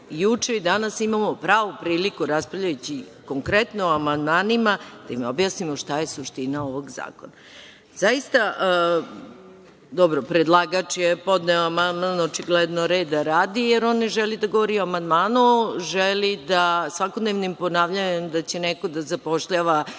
i danas imamo pravu priliku, raspravljajući konkretno o amandmanima, da im objasnimo šta je suština ovog zakona. Predlagač je podneo amandman očigledno reda radi, jer on ne želi da govori o amandmanu, već želi da svakodnevnim ponavljanjem da će neko da zapošljava